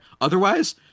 otherwise